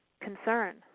concern